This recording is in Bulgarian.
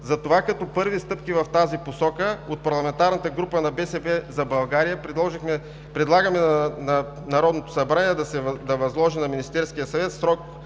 Затова като първи стъпки в тази посока от парламентарната група на „БСП за България“ предлагаме на Народното събрание да възложи на Министерския съвет в срок